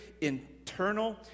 internal